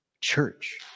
church